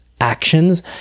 actions